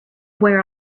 where